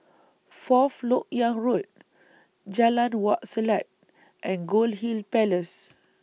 Fourth Lok Yang Road Jalan Wak Selat and Goldhill Palace